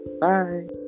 Bye